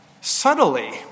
Subtly